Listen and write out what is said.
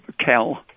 Cal